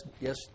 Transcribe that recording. yes